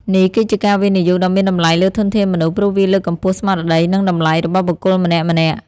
នេះគឺជាការវិនិយោគដ៏មានតម្លៃលើធនធានមនុស្ស ព្រោះវាលើកកម្ពស់ស្មារតី និងតម្លៃរបស់បុគ្គលម្នាក់ៗ។